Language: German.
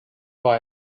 war